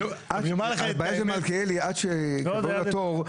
עד שיקבעו לו תור,